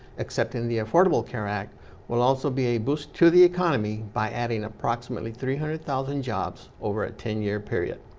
accepting the affordable care act will also be a boost to the and kind of me by adding approximately three hundred thousand jobs over a ten year period.